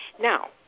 Now